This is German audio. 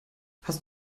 hast